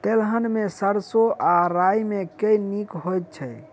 तेलहन मे सैरसो आ राई मे केँ नीक होइ छै?